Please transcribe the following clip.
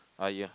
ah ya